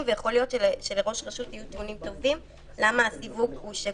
ויכול להיות שראש רשות יוכל לומר למה הסיווג הוא שגוי.